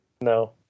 No